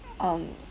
um